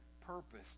purpose